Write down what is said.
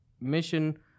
mission